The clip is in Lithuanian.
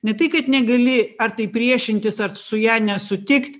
ne tai kad negali ar tai priešintis ar su ja nesutikt